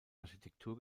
architektur